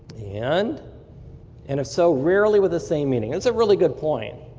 and and so rarely with the same meaning. that's a really good point.